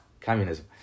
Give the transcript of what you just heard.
communism